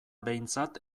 behintzat